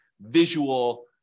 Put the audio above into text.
visual